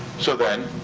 so then,